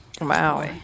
Wow